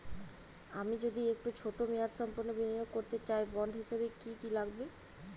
আমি যদি একটু ছোট মেয়াদসম্পন্ন বিনিয়োগ করতে চাই বন্ড হিসেবে কী কী লাগবে?